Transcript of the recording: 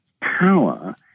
power